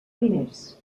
diners